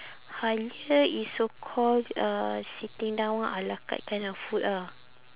Halia is so call uh sitting down a la carte kind of food ah